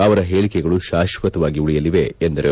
ಅವರ ಹೇಳಿಕೆಗಳು ಶಾಶ್ವತವಾಗಿ ಉಳಿಯಲಿದೆ ಎಂದರು